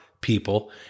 people